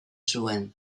zuen